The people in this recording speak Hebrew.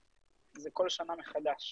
זה כל שנה מחדש.